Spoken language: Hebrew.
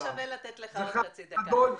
היה שווה לתת לך עוד זמן לדבר.